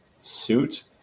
suit